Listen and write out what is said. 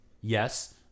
Yes